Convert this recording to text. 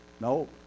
no